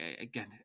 Again